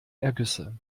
ergüsse